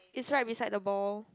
it's right beside the ball